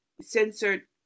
censored